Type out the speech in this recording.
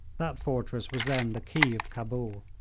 that fortress was then the key of cabul,